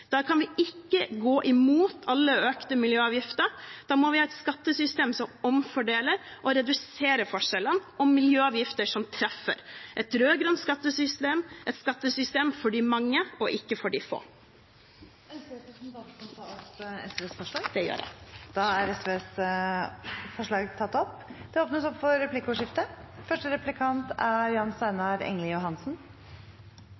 da kan vi ikke gi de største skattekuttene til de rikeste. Da kan vi ikke gå imot alle økte miljøavgifter. Da må vi ha et skattesystem som omfordeler og reduserer forskjellene, og miljøavgifter som treffer – et rød-grønt skattesystem, et skattesystem for de mange og ikke for de få. Ønsker representanten å ta opp forslag? Det gjør jeg, jeg tar opp de forslagene SV har alene, og det